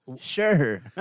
Sure